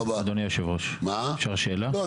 לא,